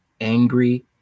angry